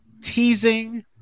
Teasing